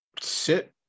sit